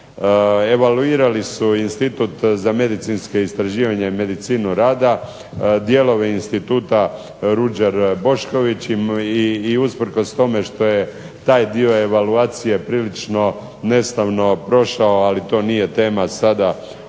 Evaluirali su institut za medicinsko istraživanje Medicinu rada, dijelove Instituta Ruđer Bošković i usprkos tome što je taj dio evaluacije prilično neslavno prošao ali to nije tema sada ovog